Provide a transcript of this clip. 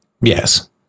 Yes